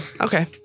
okay